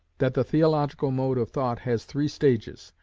that the theological mode of thought has three stages,